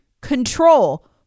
control